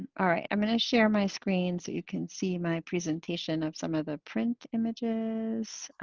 ah i'm gonna share my screen so you can see my presentation of some of the print images.